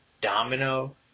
Domino